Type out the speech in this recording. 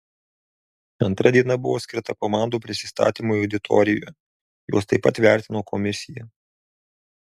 antra diena buvo skirta komandų prisistatymui auditorijoje juos taip pat vertino komisija